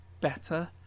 better